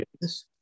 Yes